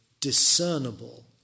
discernible